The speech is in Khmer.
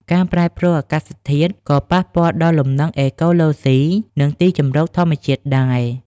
ការប្រែប្រួលអាកាសធាតុក៏ ប៉ះពាល់ដល់លំនឹងអេកូឡូស៊ី និងទីជម្រកធម្មជាតិដែរ។